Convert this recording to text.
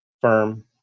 firm